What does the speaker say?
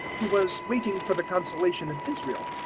who was waiting for the consolation of israel,